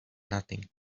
nothing